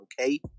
okay